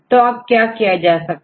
तो अब क्या किया जा सकता है